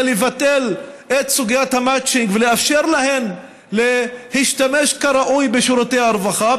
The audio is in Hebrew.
לבטל את סוגיית המצ'ינג ולאפשר להן להשתמש כראוי בשירותי הרווחה,